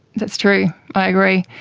that's true, i agree.